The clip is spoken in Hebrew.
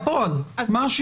בפועל, מה השינוי?